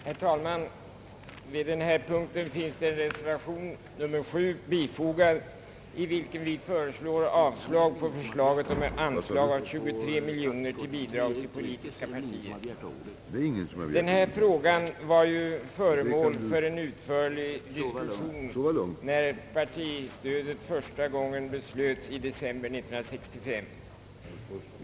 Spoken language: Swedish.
Herr talman! Vi har under denna punkt bifogat en reservation, i vilken vi avstyrker förslaget om ett anslag på 23 miljoner kronor som bidrag till politiska partier. Denna fråga var föremål för en utförlig diskussion när partistödet första gången beslöts i december 1965.